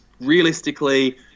realistically